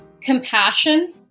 compassion